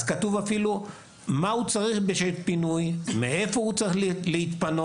אז כתוב אפילו מה הוא צריך בשביל פינוי ולאן הוא צריך להתפנות.